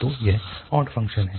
तो यह odd function है